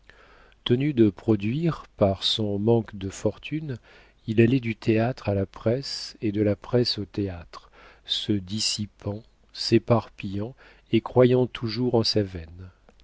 tenu de produire par son manque de fortune il allait du théâtre à la presse et de la presse au théâtre se dissipant s'éparpillant et croyant toujours en sa veine